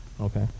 okay